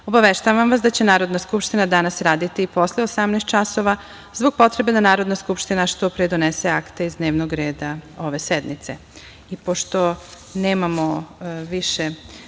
obaveštavam vas da će Narodna skupština danas raditi posle 18.00 časova zbog potrebe da Narodna skupština što pre donese akte iz dnevnog reda ove sednice. Pošto